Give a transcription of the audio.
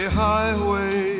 highway